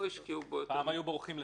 פעם היו בורחים לצפת.